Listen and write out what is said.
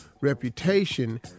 reputation